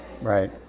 Right